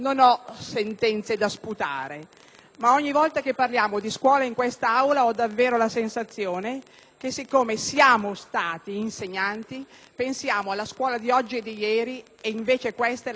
Ma ogni volta che parliamo di scuola in quest'Aula ho davvero la sensazione che, siccome siamo stati insegnanti, pensiamo alla scuola di oggi e di ieri e invece questa è la sede in cui si prepara la scuola del futuro.